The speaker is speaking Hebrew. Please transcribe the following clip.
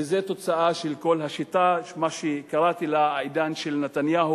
וזה תוצאה של כל השיטה שקראתי לה "העידן של נתניהו"